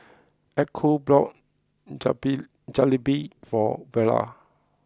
Echo bought Jabi Jalebi for Vara